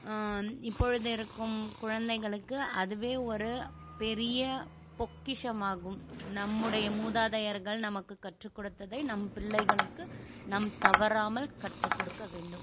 இப்பொழுது இருக்கும் குழந்தைகளுக்கு அதுவே ஒரு பெரிய பொக்கிஷமாகும் நம்முடைய மூதாதையர்கள் நமக்கு கற்றுக் குடுத்ததை நம் பிள்ளைகளுக்கு நம் தவறாமல் கற்றுக் குடுக்க வேண்டும்